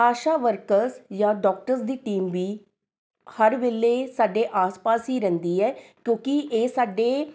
ਆਸ਼ਾ workers ਜਾਂ doctors ਦੀ team ਵੀ ਹਰ ਵੇਲੇ ਸਾਡੇ ਆਸ ਪਾਸ ਹੀ ਰਹਿੰਦੀ ਹੈ ਕਿਉਂਕਿ ਇਹ ਸਾਡੇ